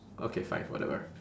okay fine whatever